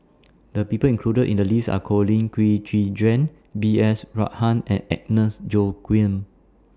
The People included in The list Are Colin Qi Zhe Quan B S Rajhans and Agnes Joaquim